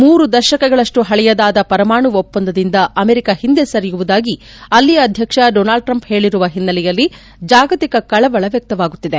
ಮೂರು ದಶಕಗಳಷ್ಟು ಹಳೆಯದಾದ ಪರಮಾಣು ಒಪ್ಪಂದದಿಂದ ಅಮೆರಿಕ ಹಿಂದೆ ಸರಿಯುವುದಾಗಿ ಅಲ್ಲಿಯ ಅಧ್ಯಕ್ಷ ಡೊನಾಲ್ಡ್ ಟ್ರಂಪ್ ಹೇಳಿರುವ ಹಿನ್ನೆಲೆಯಲ್ಲಿ ಜಾಗತಿಕ ಕಳವಳ ವ್ಯಕ್ತವಾಗುತ್ತಿದೆ